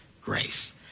grace